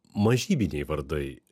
mažybiniai vardai